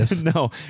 No